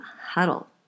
huddle